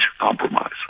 compromise